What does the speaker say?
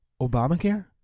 Obamacare